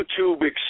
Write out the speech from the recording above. YouTube